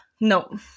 no